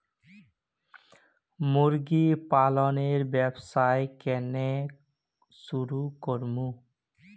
मुर्गी पालनेर व्यवसाय केन न शुरु करमु